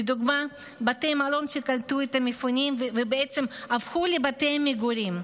לדוגמה בתי מלון שקלטו את המפונים ובעצם הפכו לבתי מגורים,